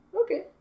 Okay